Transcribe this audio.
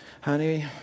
Honey